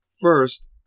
First